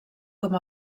com